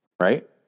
Right